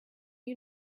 you